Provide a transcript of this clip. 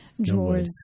drawers